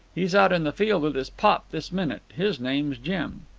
he's out in the field with his pop this minute. his name's jim.